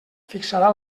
fixarà